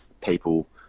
people